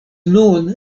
nun